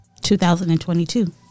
2022